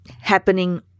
happening